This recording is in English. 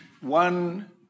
One